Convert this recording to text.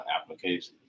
applications